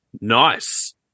Nice